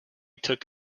took